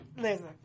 listen